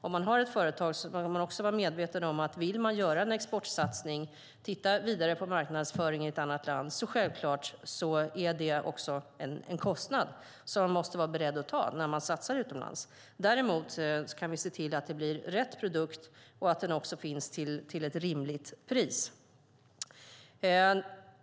Om man har ett företag ska man vara medveten om att vill man göra en exportsatsning och titta på marknadsföring i ett annat land blir det självklart en kostnad som man måste vara beredd att ta när man satsar utomlands. Däremot kan vi se till att det blir rätt produkt och att den finns till ett rimligt pris.